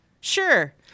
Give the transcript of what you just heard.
Sure